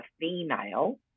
female